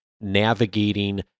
navigating